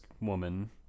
woman